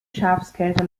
schafskälte